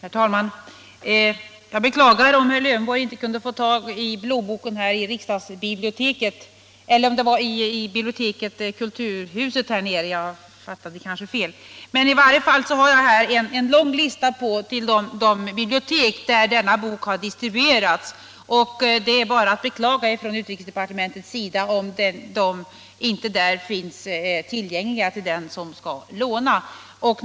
Herr talman! Jag beklagar om herr Lövenborg inte kunde få tag i blåboken i kulturhusets bibliotek här nere, men i varje fall har jag här en lång lista på de bibliotek dit denna bok har distribuerats. Det är bara att beklaga från utrikesdepartementets sida om några exemplar inte där finns tillgängliga för dem som vill låna boken.